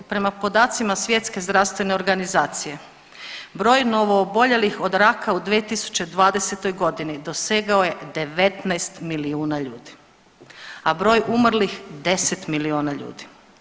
Prema podacima Svjetske zdravstvene organizacije broj novooboljelih od raka u 2020.g. dosegao je 19 milijuna ljudi, a broj umrlih 10 milijuna ljudi.